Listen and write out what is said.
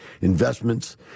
investments